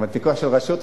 אבל פיקוח של רשות חשמל.